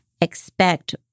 expect